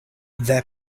their